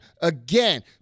again